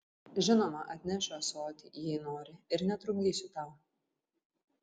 žinoma atnešiu ąsotį jei nori ir netrukdysiu tau